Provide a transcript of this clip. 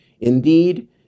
Indeed